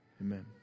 amen